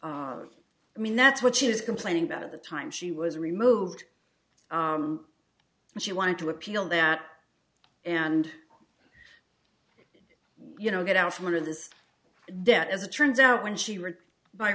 so i mean that's what she was complaining about at the time she was removed and she wanted to appeal that and you know get out from under this debt as it turns out when she retired by